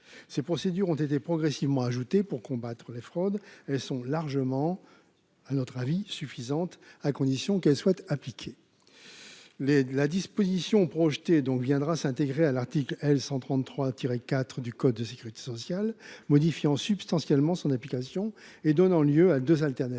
ces procédures ont été progressivement ajouté pour combattre les fraudes et sont largement à notre avis suffisante à condition qu'elle souhaite appliquer les la disposition projeté donc viendra s'intégrer à l'article L 133 IV du code de sécurité sociale, modifiant substantiellement son application et donnant lieu à 2 alternatives